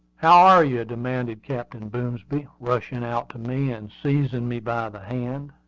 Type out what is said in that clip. how are you? demanded captain boomsby, rushing out to me and seizing me by the hand.